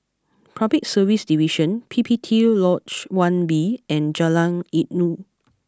Public Service Division P P T Lodge One B and Jalan Inggu